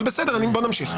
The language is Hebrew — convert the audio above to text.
אבל, בסדר, בואו נמשיך.